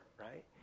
right